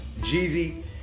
Jeezy